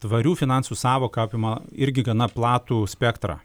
tvarių finansų sąvoka apima irgi gana platų spektrą